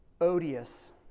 odious